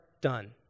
done